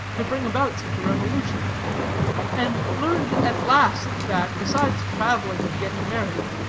to bring about such a revolution and learned at last that, besides traveling, and getting married,